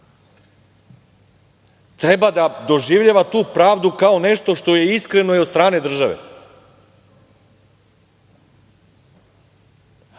treba da doživljava tu pravdu kao nešto što je iskreno i od strane države,